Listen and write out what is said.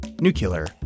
Nuclear